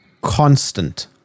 constant